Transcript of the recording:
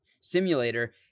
simulator